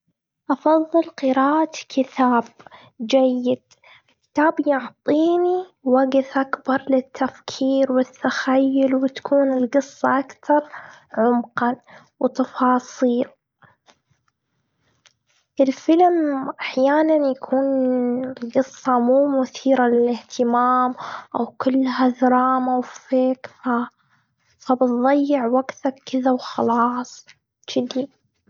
أفضل قراءة كتاب جيد. الكتاب يعطيني وجه أكبر للتفكير والتخيل، وتكون القصة اكتر عمقاً وتفاصيل. الفيلم أحياناً يكون القصة مو مثيرة للإهتمام أو كلها دراما وفيك، فا فبضيع وقتك كذا وخلاص كذي.